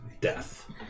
death